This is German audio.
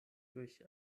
durch